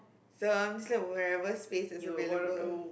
so I'm just where ever space is available